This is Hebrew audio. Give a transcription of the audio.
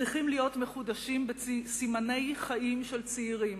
צריכים להיות מחודשים בסימני חיים של צעירים